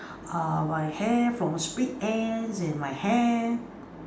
err my hair from split ends and my hair